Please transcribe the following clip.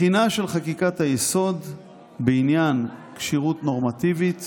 בחינה של חקיקת היסוד בעניין כשירות נורמטיבית